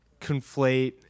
conflate